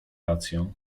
rację